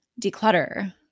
declutter